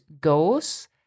goes